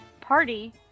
party